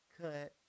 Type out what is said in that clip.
cut